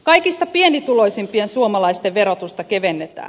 kaikista pienituloisimpien suomalaisten verotusta kevennetään